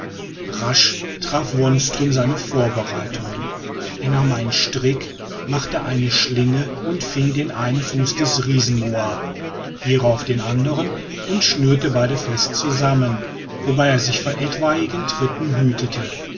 rasch traf wonström seine vorbereitungen er nahm einen strick machte eine schlinge und fing den einen fuß des riesenmoa hierauf den andern und schnürte beide fest zusammen wobei er sich vor etwaigen tritten hütete